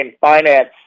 finance